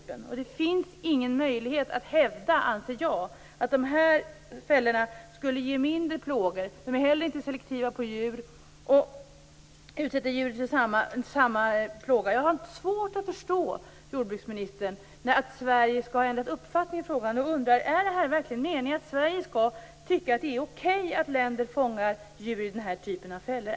Jag anser att det inte finns någon möjlighet att hävda att dessa fällor skulle ge mindre plågor. De är inte heller selektiva och de utsätter djuren för samma plåga. Jag har svårt att förstå jordbruksministern när hon säger att Sverige skall ha ändrat uppfattning i frågan. Är det verkligen meningen att Sverige tycker att det är okej att man i vissa länder fångar djur i den här typen av fällor?